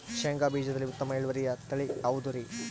ಶೇಂಗಾ ಬೇಜದಲ್ಲಿ ಉತ್ತಮ ಇಳುವರಿಯ ತಳಿ ಯಾವುದುರಿ?